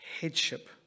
headship